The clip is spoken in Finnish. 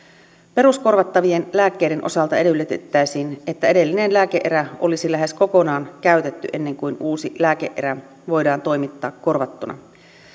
peruskorvattavien lääkkeiden osalta edellytettäisiin että edellinen lääke erä olisi lähes kokonaan käytetty ennen kuin uusi lääke erä voidaan toimittaa korvattuna